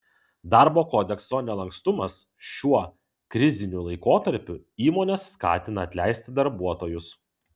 darbo kodekso nelankstumas šiuo kriziniu laikotarpiu įmones skatina atleisti darbuotojus